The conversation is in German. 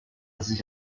sich